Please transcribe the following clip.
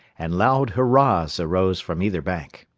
and loud hurrahs arose from either bank.